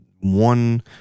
one